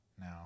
now